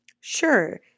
sure